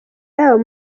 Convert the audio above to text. yabo